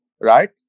right